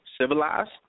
civilized